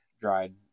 dried